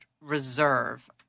reserve